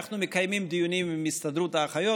אנחנו מקיימים דיונים עם הסתדרות האחיות,